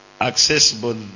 accessible